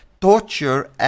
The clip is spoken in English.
torture